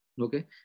Okay